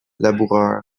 laboureur